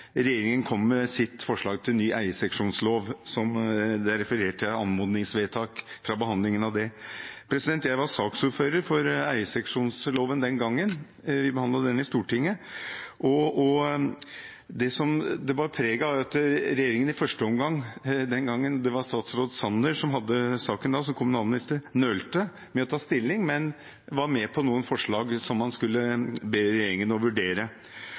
regjeringen kom med sitt forslag til ny eierseksjonslov – det er referert til anmodningsvedtak fra behandlingen av det. Jeg var saksordfører for eierseksjonsloven den gangen vi behandlet den i Stortinget. Det som det bar preg av, var at regjeringen i første omgang den gangen – det var statsråd Sanner som hadde saken da som kommunalminister – nølte med å ta stilling, men var med på noen forslag som man skulle be regjeringen å vurdere.